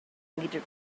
deleted